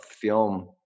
film